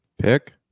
Pick